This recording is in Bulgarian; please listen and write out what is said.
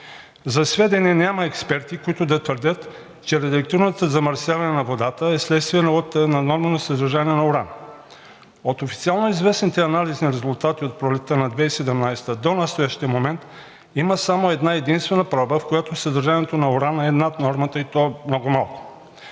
За сведение, няма експерти, които да твърдят, че радиоактивното замърсяване на водата е вследствие на наднормено съдържание на уран. От официално известните анализни резултати от пролетта на 2017 г. до настоящия момент има само една единствена проба, в която съдържанието на уран е над нормата, и то много малко.